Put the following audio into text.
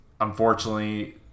Unfortunately